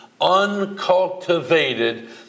uncultivated